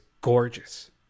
gorgeous